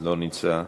לא נמצא,